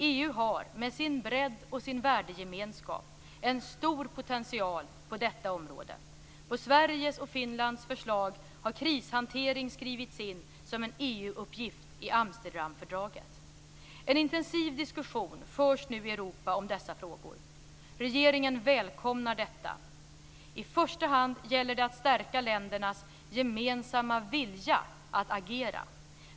EU har - med sin bredd och värdegemenskap - en stor potential på detta område. På Sveriges och Finlands förslag har krishantering skrivits in som en EU-uppgift i Amsterdamfördraget. En intensiv diskussion förs nu i Europa om dessa frågor. Regeringen välkomnar detta. I första hand gäller det att stärka ländernas gemensamma vilja att agera.